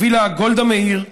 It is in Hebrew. הובילה גולדה מאיר,